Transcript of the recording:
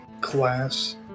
class